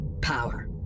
Power